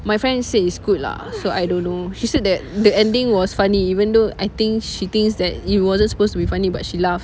my friend said is good lah so I don't know she said that the ending was funny even though I think she thinks that it wasn't supposed to be funny but she laughed